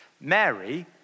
Mary